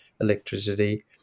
electricity